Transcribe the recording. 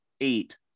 eight